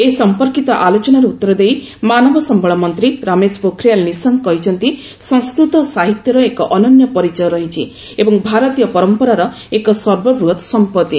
ଏ ସମ୍ପର୍କିତ ଆଲୋଚନାର ଉତ୍ତର ଦେଇ ମାନବ ସମ୍ଭଳ ମନ୍ତ୍ରୀ ରମେଶ ପୋଖରିଆଲ୍ ନିଶଙ୍କ କହିଛନ୍ତି ସଂସ୍କୃତ ସାହିତ୍ୟର ଏକ ଅନନ୍ୟ ପରିଚୟ ରହିଛି ଏବଂ ଭାରତୀୟ ପରମ୍ପରାର ଏହା ସର୍ବବୃହତ ସମ୍ପତ୍ତି